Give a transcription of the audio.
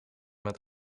met